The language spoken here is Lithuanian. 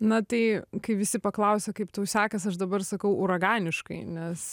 na tai kai visi paklausia kaip tau sekas aš dabar sakau uraganiškai nes